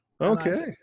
Okay